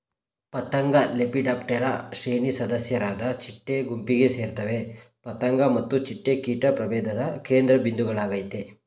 ಪತಂಗಲೆಪಿಡಾಪ್ಟೆರಾ ಶ್ರೇಣಿ ಸದಸ್ಯರಾದ ಚಿಟ್ಟೆ ಗುಂಪಿಗೆ ಸೇರ್ತವೆ ಪತಂಗ ಮತ್ತು ಚಿಟ್ಟೆ ಕೀಟ ಪ್ರಭೇಧದ ಕೇಂದ್ರಬಿಂದುಗಳಾಗಯ್ತೆ